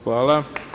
Hvala.